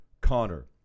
Connor